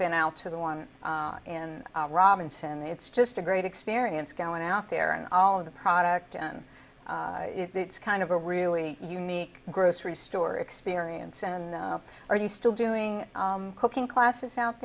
been out to the one and robinson it's just a great experience going out there and all of the product and it's kind of a really unique grocery store experience and are you still doing cooking classes out